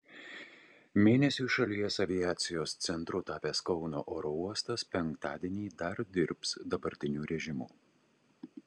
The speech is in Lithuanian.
mėnesiui šalies aviacijos centru tapęs kauno oro uostas penktadienį dar dirbs dabartiniu režimu